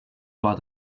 war